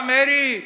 Mary